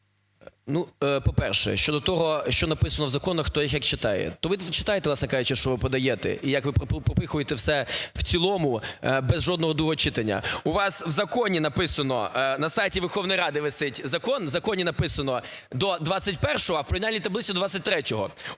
Ю.В. По-перше, щодо того, що написано в законах, хто їх як читає. То ви читайте, власне кажучи, що ви подаєте, і як ви пропихуєте все в цілому без жодного другого читання. У вас в законі написано, на сайті Верховної Ради висить закон. В законі написано, до 21-го, а в порівняльній таблиці – до 23-го.